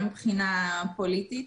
גם מבחינה פוליטית,